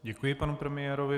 Děkuji panu premiérovi.